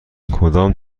کدام